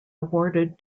awarded